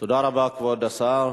תודה רבה, כבוד השר.